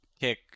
Kick